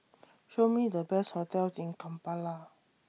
Show Me The Best hotels in Kampala